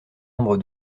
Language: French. nombre